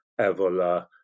Evola